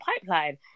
pipeline